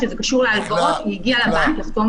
אני חוקרת את הנושא של אלימות כלכלית כבר מספר שנים מועט.